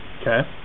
Okay